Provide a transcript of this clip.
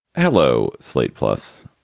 hello. slate plus,